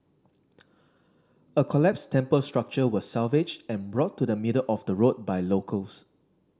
a collapsed temple structure was salvaged and brought to the middle of the road by locals